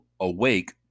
Awake